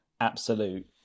absolute